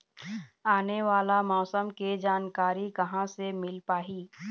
आने वाला मौसम के जानकारी कहां से मिल पाही?